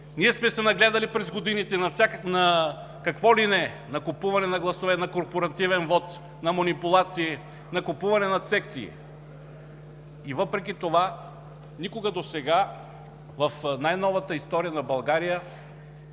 сме се нагледали на какво ли не – на купуване на гласове, на корпоративен вот, на манипулации, на купуване на секции, и въпреки това никога досега в най-новата история на България